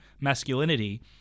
masculinity